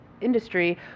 industry